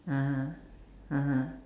(uh huh) (uh huh)